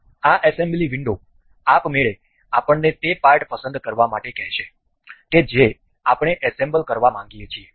અને આ assembly window આપમેળે આપણને તે પાર્ટ પસંદ કરવા માટે કહેશે કે જે આપણે એસેમ્બલ કરવા માંગીએ છીએ